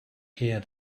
here